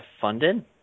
funded